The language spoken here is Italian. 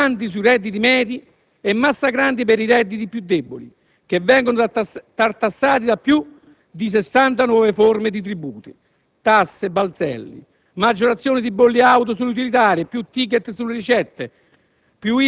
pesanti sui redditi medi e massacranti per i redditi più deboli, che vengono tartassati da più di 60 nuove forme di tributi, tasse e balzelli. Maggiorazioni dei bolli auto sulle utilitarie, più *tickets* sulle ricette,